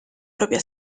propria